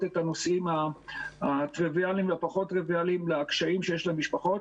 את הנושאים הטריוויאליים והפחות טריוויאליים לקשיים שיש למשפחות,